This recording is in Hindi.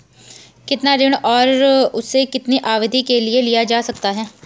कितना ऋण और उसे कितनी अवधि के लिए लिया जा सकता है?